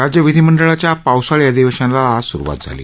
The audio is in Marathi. राज्य विधीमंडळाच्या पावसाळी अधिवेशनाला आज सुरुवात झाली